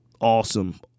Awesome